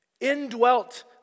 indwelt